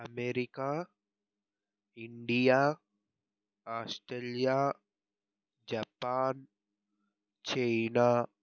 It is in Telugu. America India Australia Japan China